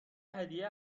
هدیه